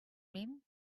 mean